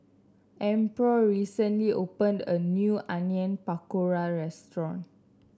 Amparo recently opened a new Onion Pakora restaurant